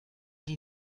die